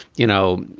you know,